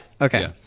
Okay